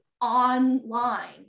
online